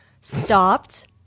stopped